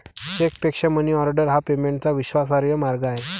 चेकपेक्षा मनीऑर्डर हा पेमेंटचा विश्वासार्ह मार्ग आहे